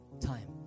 time